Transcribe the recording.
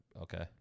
Okay